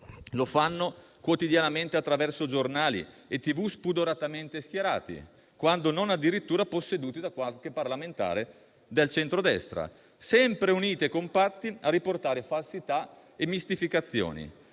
Lo fanno quotidianamente attraverso giornali e TV, spudoratamente schierati, quando non addirittura posseduti da qualche parlamentare del centrodestra, sempre uniti e compatti a riportare falsità e mistificazioni,